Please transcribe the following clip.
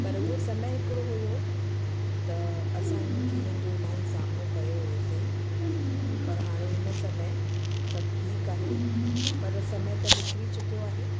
पर उहा समय हिकिड़ो हुओ त असां हिननि चीजनि जो इलाही सामनो कयो हुयोसीं पर हाणे हिन समय सभु ठीकु आहे पर समय त निकरी चुको आहे